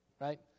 Right